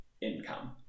income